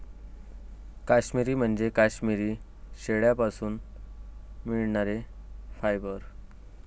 काश्मिरी म्हणजे काश्मिरी शेळ्यांपासून मिळणारे फायबर